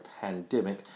pandemic